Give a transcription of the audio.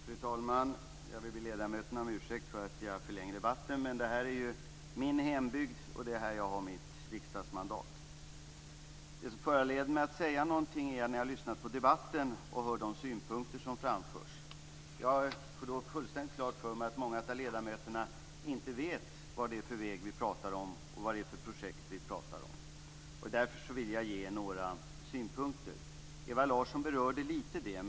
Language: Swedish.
Fru talman! Jag vill be ledamöterna om ursäkt för att jag förlänger debatten, men detta är ju min hembygd, och det är här som jag har mitt riksdagsmandat. Det som föranleder mig att säga något är att jag, när jag har lyssnat på debatten och hört de synpunkter som har framförts, har fått fullständigt klart för mig att många av ledamöterna inte vet vilken väg och vilket projekt som vi talar om. Därför vill jag ge några synpunkter. Ewa Larsson berörde detta litet grand.